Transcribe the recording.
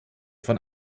von